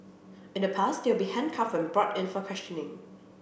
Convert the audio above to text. in the past they would be handcuffed when brought in for questioning